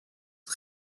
het